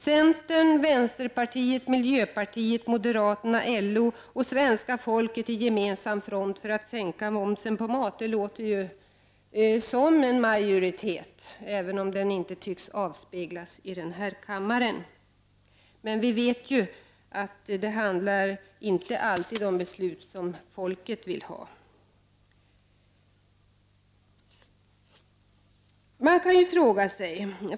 Centern, vänsterpartiet, miljöpartiet, moderaterna, LO och svenska folket i gemensam front för att sänka momsen på mat! Det låter som en majoritet, även om den inte tycks avspeglas i denna kammare. Vi vet att vi inte alltid fattar de beslut som folket vill ha.